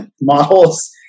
models